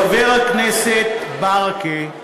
חבר הכנסת ברכה,